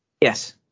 Yes